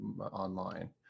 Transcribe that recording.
online